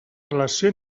relació